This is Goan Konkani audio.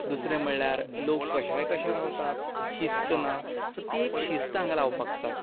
दुसरे म्हणल्यार लोक कशाय कशे रावतात शिस्त ना सो ती एक शिस्त हांगा लावपाक जाय